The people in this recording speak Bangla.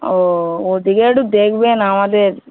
ও ওদিকে একটু দেখবেন আমাদের